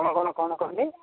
କ'ଣ କ'ଣ କ'ଣ କହିଲେ